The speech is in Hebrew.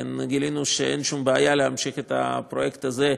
גילינו שאין שום בעיה להמשיך את הפרויקט הזה,